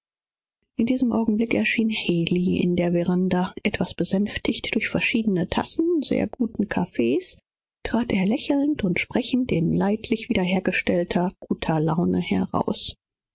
in diesem augenblicke erschien haley in der veranda etwas besänftigt durch eine anzahl tassen vortrefflichen kaffe's kam er schmunzelnd und schmalzend in ziemlich guter laune heraus